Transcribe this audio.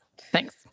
Thanks